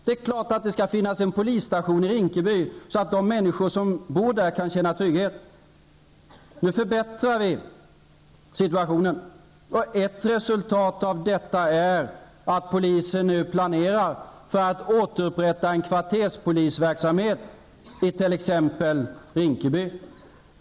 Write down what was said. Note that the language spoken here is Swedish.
Det är klart att det skall finnas en polisstation i Rinkeby så att de människor som bor där kan känna trygghet. Nu förbättrar vi situationen, och ett resultat av detta är att polisen nu planerar för ett återupprättande av en kvarterspolisverksamhet i t.ex. Rinkeby.